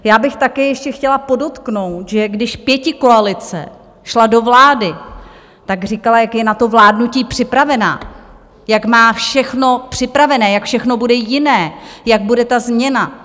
Já bych také ještě chtěla podotknout, že když pětikoalice šla do vlády, říkala, jak je na vládnutí připravená, jak má všechno připravené, jak všechno bude jiné, jaká bude ta změna.